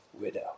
widow